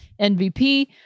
MVP